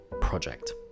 project